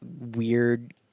weird